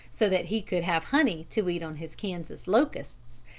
so that he could have honey to eat on his kansas locusts,